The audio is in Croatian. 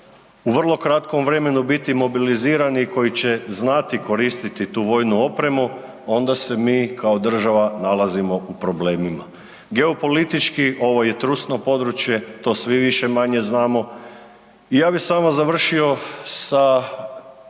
u vrlo kratkom vremenu biti mobilizirani, koji će znati koristiti tu vojnu opremu, onda se mi kao država nalazimo u problemima. Geopolitički, ovo je trusno područje, to svi više-manje znamo, ja bi samo završio sa